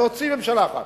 להוציא ממשלה אחת,